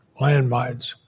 landmines